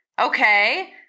Okay